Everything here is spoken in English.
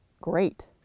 great